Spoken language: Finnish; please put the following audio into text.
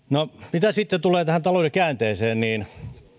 mitä sitten tulee tähän talouden käänteeseen niin